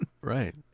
right